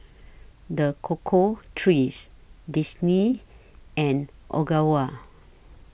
The Cocoa Trees Disney and Ogawa